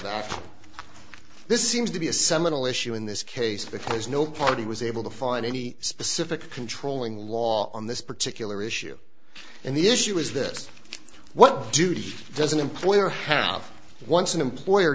that this seems to be a seminal issue in this case because no party was able to find any specific controlling law on this particular issue and the issue is this what duty doesn't employer have once an employer